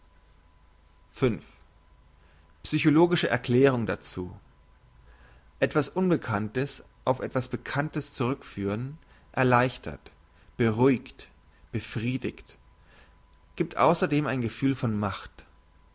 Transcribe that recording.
psychologische erklärung dazu etwas unbekanntes auf etwas bekanntes zurückführen erleichtert beruhigt befriedigt giebt ausserdem ein gefühl von macht